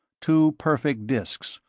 two perfect discs,